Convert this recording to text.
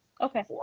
Okay